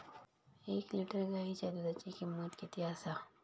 एक लिटर गायीच्या दुधाची किमंत किती आसा?